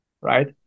right